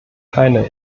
keine